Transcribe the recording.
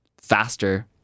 faster